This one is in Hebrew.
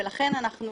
לכן אנחנו